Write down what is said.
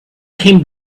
came